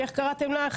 שאיך קראתם לה?